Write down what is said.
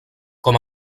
com